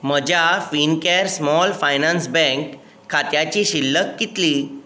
म्हज्या Fincare small finance bank खात्याची शिल्लक कितली